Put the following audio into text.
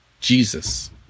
Jesus